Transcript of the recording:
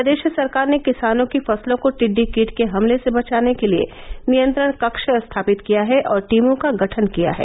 प्रदेश सरकार ने किसानों की फसलों को टिड़डी कीट के हमले से बचाने के लिए नियंत्रण कक्ष स्थापित किया है और टीमों का गठन किया है